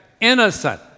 innocent